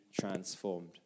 transformed